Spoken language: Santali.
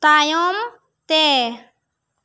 ᱛᱟᱭᱚᱢ ᱛᱮ